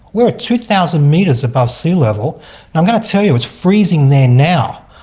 we're two thousand metres above sea level, and i'm going to tell you it's freezing there now.